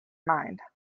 mind